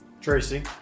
Tracy